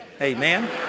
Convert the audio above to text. Amen